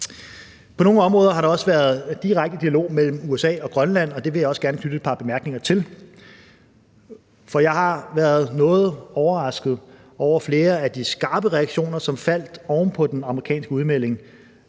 På nogle områder har der også været direkte dialog mellem USA og Grønland, og det vil jeg også gerne knytte et par bemærkninger til, for jeg har været noget overrasket over flere af de skarpe reaktioner, som faldt oven på den amerikanske udmelding.